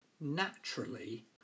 naturally